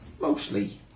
Mostly